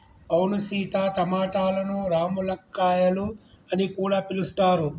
అవును సీత టమాటలను రామ్ములక్కాయాలు అని కూడా పిలుస్తారు